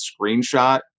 screenshot